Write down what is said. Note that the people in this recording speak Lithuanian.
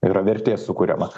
yra vertės sukuriama